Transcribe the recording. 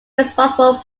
responsible